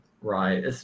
Right